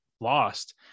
lost